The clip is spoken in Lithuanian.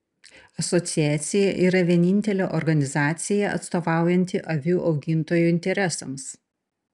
asociacija yra vienintelė organizacija atstovaujanti avių augintojų interesams